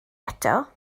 eto